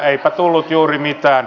eipä tullut juuri mitään